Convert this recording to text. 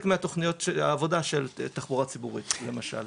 מתוכניות העבודה של תחבורה ציבורית למשל.